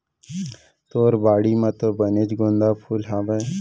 तोर बाड़ी म तो बनेच गोंदा फूल हावय